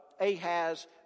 Ahaz